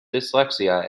dyslexia